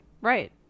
Right